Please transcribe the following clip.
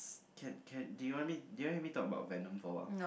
can can do you want me do you want me talk about Venom for a while